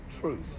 Truth